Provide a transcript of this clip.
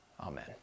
Amen